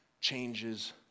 changes